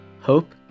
hope